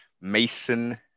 Mason